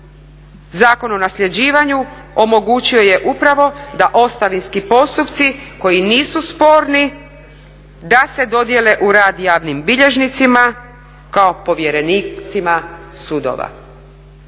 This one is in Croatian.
Zakon o nasljeđivanju omogućio je upravo da ostavinski postupci koji nisu sporni da se dodijele u rad javnim bilježnicima kao povjerenicima sudova.